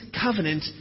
covenant